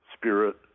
Spirit